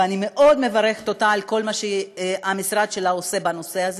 ואני מאוד מברכת אותה על כל מה שהמשרד שלה עושה בנושא הזה,